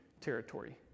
territory